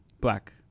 black